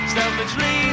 Selfishly